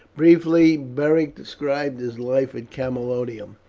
briefly beric described his life at camalodunum.